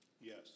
Yes